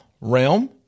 realm